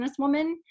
businesswoman